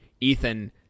Ethan